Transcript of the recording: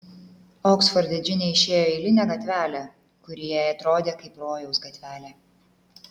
oksforde džinė išėjo į eilinę gatvelę kuri jai atrodė kaip rojaus gatvelė